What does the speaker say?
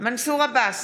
מנסור עבאס,